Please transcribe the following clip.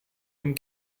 dem